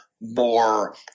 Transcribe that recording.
more